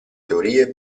teorie